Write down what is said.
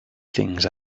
things